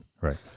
Right